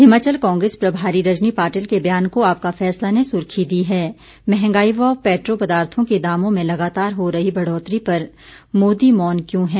हिमाचल कांग्रेस प्रभारी रजनी पाटिल के बयान को आपका फैसला ने सुर्खी दी है महंगाई व पेट्रो पदार्थों के दामों में लगातार हो रही बढ़ोतरी पर मोदी मौन क्यों हैं